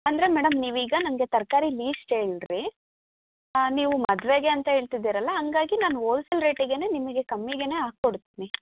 ಅಂದರೆ ಮೇಡಮ್ ನೀವು ಈಗ ನನಗೆ ತರಕಾರಿ ಲೀಸ್ಟ್ ಹೇಳ್ರೀ ನೀವು ಮದುವೆಗೆ ಅಂತ ಹೇಳ್ತಿದ್ದಿರಲ್ಲ ಹಂಗಾಗಿ ನಾನು ಓಲ್ಸೇಲ್ ರೇಟಿಗೆ ನಿಮಗೆ ಕಮ್ಮಿಗೆ ಹಾಕ್ ಕೊಡ್ತಿನಿ